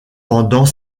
pendant